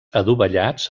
adovellats